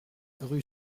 rue